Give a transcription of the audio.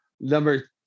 Number